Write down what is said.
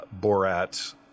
borat